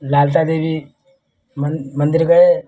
ललिता देवी मन मन्दिर गए